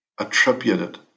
attributed